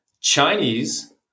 Chinese